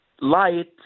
light